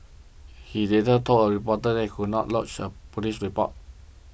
he later told a reporter that he would not lodge a police report